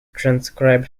transcribed